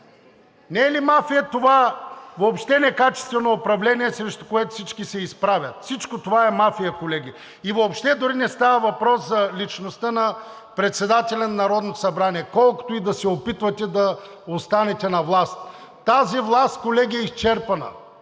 Не е ли мафия това въобще некачествено управление, срещу което всички се изправят? Всичко това е мафия, колеги! И въобще дори не става въпрос за личността на председателя на Народното събрание, колкото и да се опитвате да останете на власт. Тази власт, колеги, е изчерпана!